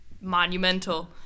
monumental